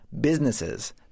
businesses